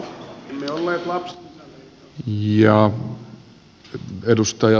arvoisa puhemies